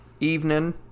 evening